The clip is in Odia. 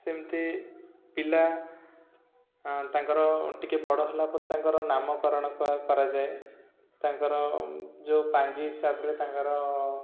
ସେମିତି ପିଲା ତାଙ୍କର ଟିକେ ବଡ଼ ହେଲା ପରେ ତାଙ୍କର ନାମକରଣ କରାଯାଏ ତାଙ୍କର ଯେଉଁ ପାଞ୍ଜି ହିସାବରେ ତାଙ୍କର